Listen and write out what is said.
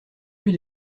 plus